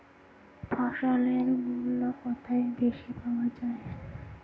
ফসলের মূল্য কোথায় বেশি পাওয়া যায়?